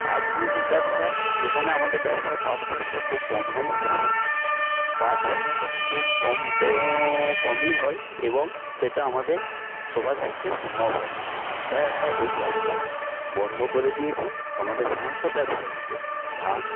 আর যে যে ব্যবসা এখানে আমাদের ব্যবসা পাট চাষটা খুব কম হয় পাট সোনা তো খুব কম কমই হয় এবং সেটা আমাদের সবার পক্ষে সম্ভব হয়নি তাই আমরা ওই কাজটা বন্ধ করে দিয়েছি আমাদের সাধারণত ব্যবসা হচ্ছে ধান